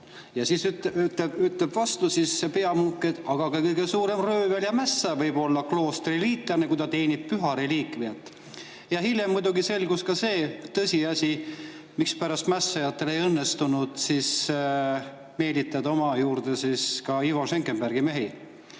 Ja siis ütleb vastu see peamunk, et aga ka kõige suurem röövel ja mässaja võib olla kloostri liitlane, kui ta teenib püha reliikviat. Hiljem muidugi selgus ka see tõsiasi, mispärast mässajatel ei õnnestunud meelitada oma juurde ka Ivo Schenkenbergi mehi.